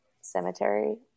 cemetery